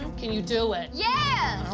um can you do it? yeah